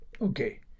Okay